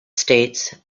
states